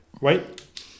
wait